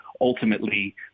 ultimately